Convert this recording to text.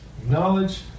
acknowledge